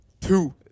Two